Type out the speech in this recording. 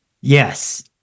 Yes